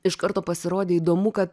iš karto pasirodė įdomu kad